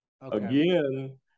again